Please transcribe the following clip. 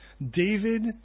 David